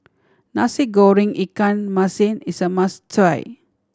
Nasi Goreng ikan masin is a must try